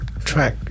track